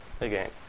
again